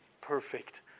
perfect